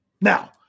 Now